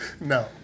No